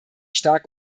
stark